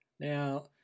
Now